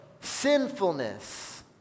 sinfulness